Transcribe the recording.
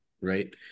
right